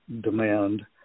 demand